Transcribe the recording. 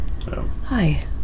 hi